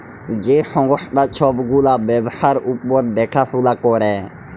যে সংস্থা ছব গুলা ব্যবসার উপর দ্যাখাশুলা ক্যরে